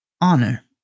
honor